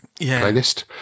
playlist